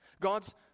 God's